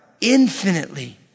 infinitely